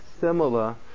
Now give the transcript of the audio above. similar